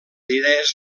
idees